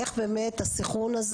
איך באמת הסנכרון הזה